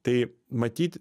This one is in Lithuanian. tai matyt